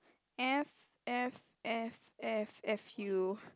F F F F F U